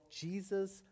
Jesus